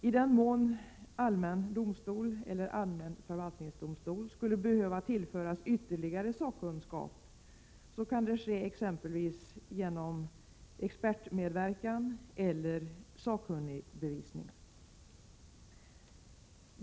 I den mån man i allmän domstol eller allmän förvaltningsdomstol skulle behöva tillföras ytterligare sakkunskap kan det ske genom exempelvis expertmedverkan eller sakkunnigbevisning.